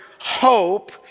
hope